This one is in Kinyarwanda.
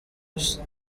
gusa